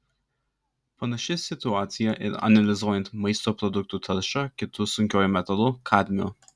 panaši situacija ir analizuojant maisto produktų taršą kitu sunkiuoju metalu kadmiu